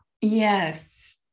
Yes